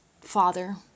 father